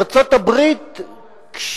כשארצות-הברית,